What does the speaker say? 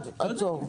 עצור.